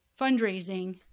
fundraising